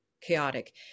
chaotic